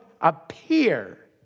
appear